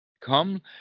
Come